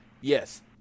yes